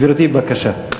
גברתי, בבקשה.